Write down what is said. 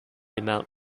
amount